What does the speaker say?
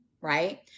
right